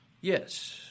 Yes